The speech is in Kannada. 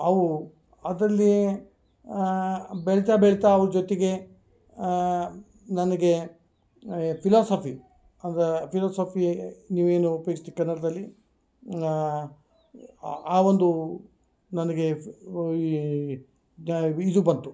ಅವು ಅದರಲ್ಲಿ ಬೆರಿತಾ ಬೆರಿತಾ ಅವ್ರ ಜೊತೆಗೆ ನನಗೆ ಫಿಲಾಸಫಿ ಅದು ಫಿಲುಸಫಿ ನೀವೇನು ಉಪಯೋಗಿಸ್ತೀರಿ ಕನ್ನಡದಲ್ಲಿ ಆ ಆ ಒಂದು ನನಗೆ ಓ ಈ ಇದು ಬಂತು